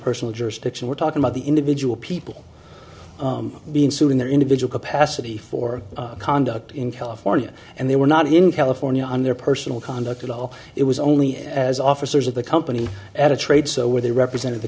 personal jurisdiction we're talking about the individual people being sued in their individual capacity for conduct in california and they were not in california on their personal conduct at all it was only as officers of the company at a trade so where they represented the